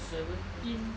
seventeen